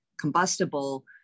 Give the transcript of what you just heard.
combustible